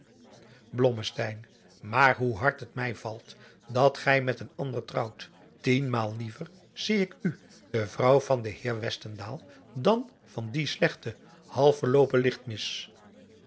maar hoe hard het mij valt dat gij met een ander trouwt tienmaal liever zie ik u de vrouw van den heer westendaal dan adriaan loosjes pzn het leven van johannes wouter blommesteyn van dien slechten half verloopen lichtmis